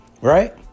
Right